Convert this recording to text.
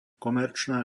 komerčná